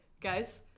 guys